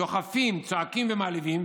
"דוחפים צועקים ומעליבים",